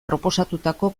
proposatutako